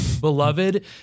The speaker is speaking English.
beloved